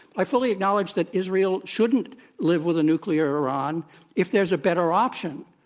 i fully acknowledge that israel shouldn't live with a nuclear iran if there's a better option.